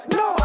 no